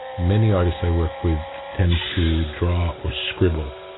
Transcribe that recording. many artists i work with tend to draw or scribble,